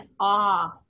awe